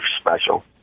special